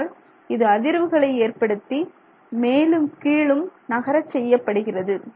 அதனால் இது அதிர்வுகளை ஏற்படுத்தி மேலும் கீழும் நகர செய்யப்படுகிறது